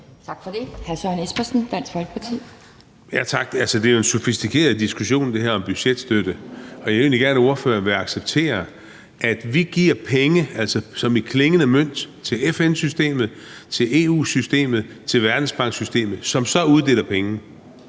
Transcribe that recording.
Kl. 18:34 Søren Espersen (DF): Tak. Altså, det her er jo en sofistikeret diskussion om budgetstøtte. Jeg vil egentlig gerne høre, om ordføreren vil acceptere, at vi giver penge – som i klingende mønt – til FN-systemet, til EU-systemet, til Verdensbanksystemet, som så uddeler pengene.